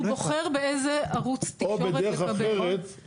הוא בוחר באיזה ערוץ תקשורת --- או בדרך אחרת.